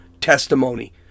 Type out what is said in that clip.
testimony